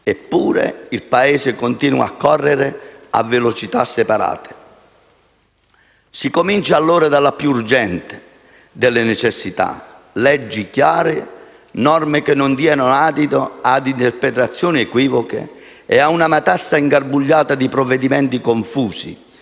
eppure il Paese continua a correre a velocità separate. Si cominci allora dalla più urgente delle necessità: leggi chiare, norme che non diano adito a interpretazioni equivoche e a una matassa ingarbugliata di provvedimenti confusi,